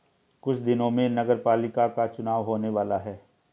कुछ दिनों में नगरपालिका का चुनाव होने वाला है